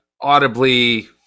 audibly